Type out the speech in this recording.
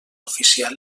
oficial